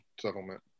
settlement